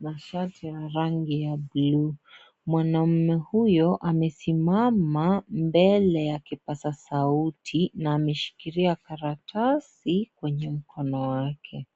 na shati ya rangi ya buluu mwanaume huyo amesimama mbele ya kipasa sauti na ameshikilia karatasi kwenye mkono wake.